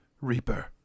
Reaper